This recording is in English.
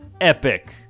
epic